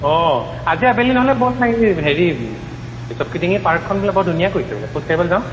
অঁ আজি আবেলি নহ'লে ব'লা এই হেৰি চৌকিডিঙ্গী পাৰ্কখন বোলে বৰ ধুনীয়া কৰিছে বোলে ব'লা খোজ কাঢ়িবলৈ যাওঁ